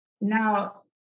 now